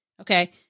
okay